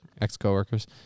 ex-co-workers